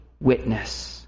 witness